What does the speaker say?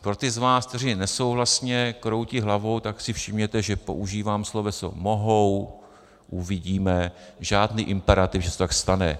Pro ty z vás, kteří nesouhlasně kroutí hlavou, tak si všimněte, že používám sloveso mohou, uvidíme, žádný imperativ, že se tak stane.